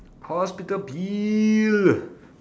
hospital bill